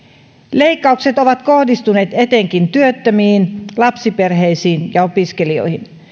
leikkaukset ovat kohdistuneet etenkin työttömiin lapsiperheisiin ja opiskelijoihin